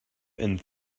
and